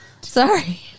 Sorry